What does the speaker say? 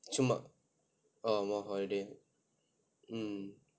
சும்மா:summaa oh more of holiday mm